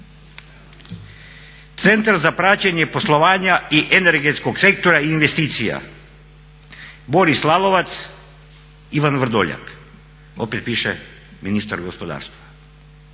Centar za praćenje poslovanja i energetskog sektora i investicija Boris Lalovac, Ivan Vrdoljak opet piše ministar gospodarstva.